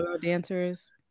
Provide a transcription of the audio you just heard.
dancers